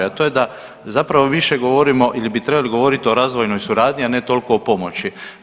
A to je da zapravo više govorimo ili bi trebali govoriti o razvojnoj suradnji, a ne toliko o pomoći.